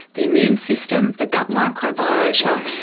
the immune system, the gut microbiota,